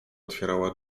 otwierała